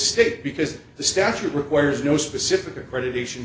state because the statute requires no specific accreditation